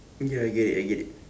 okay I get it I get it